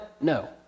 no